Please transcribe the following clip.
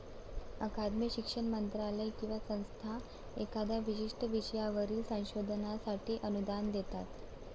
अकादमी, शिक्षण मंत्रालय किंवा संस्था एखाद्या विशिष्ट विषयावरील संशोधनासाठी अनुदान देतात